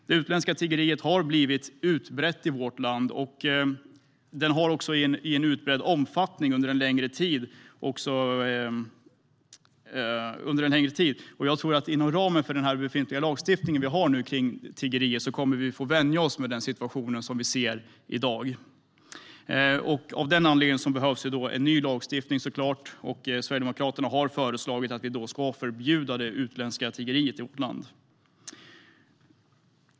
Det utländska tiggeriet har fått en utbredd omfattning i vårt land under en längre tid. Jag tror att vi inom ramen för den befintliga lagstiftningen gällande tiggeri kommer att få vänja oss vid den situation vi ser i dag. Av den anledningen behövs en ny lagstiftning, och Sverigedemokraterna har föreslagit att vi ska förbjuda det utländska tiggeriet i vårt land.